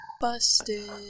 Busted